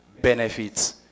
benefits